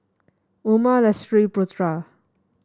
Umar Lestari Putra